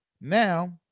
Now